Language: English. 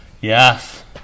Yes